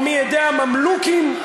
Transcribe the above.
או מידי הממלוכים,